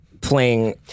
playing